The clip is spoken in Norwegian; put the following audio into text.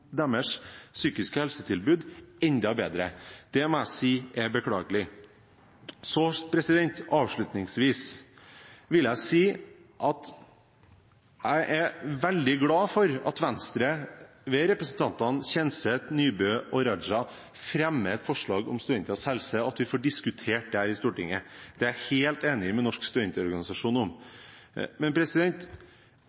deres psykiske helsetilbud. Det må jeg si er beklagelig. Avslutningsvis vil jeg si at jeg er veldig glad for at Venstre ved representantene Kjenseth, Nybø og Raja fremmer et forslag om studenters helse, og at vi får diskutert dette i Stortinget. Der er jeg helt enig med Norsk